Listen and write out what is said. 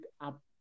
up